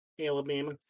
Alabama